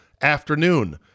afternoon